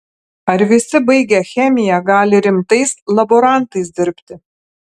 ar visi baigę chemiją gali rimtais laborantais dirbti